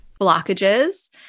Blockages